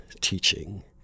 teaching